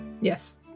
Yes